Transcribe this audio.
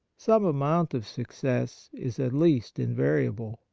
some amount of success is at least invariable.